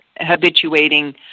habituating